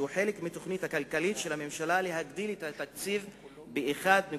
הוא חלק מהתוכנית הכלכלית של הממשלה להגדיל את התקציב ב-1.7%,